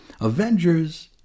Avengers